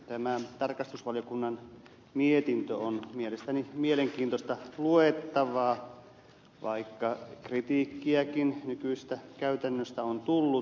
tämä tarkastusvaliokunnan mietintö on mielestäni mielenkiintoista luettavaa vaikka kritiikkiäkin nykyisestä käytännöstä on tullut